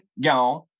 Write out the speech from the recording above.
gone